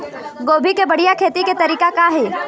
गोभी के बढ़िया खेती के तरीका का हे?